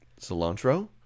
cilantro